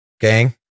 gang